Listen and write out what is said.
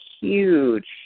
huge